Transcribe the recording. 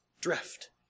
drift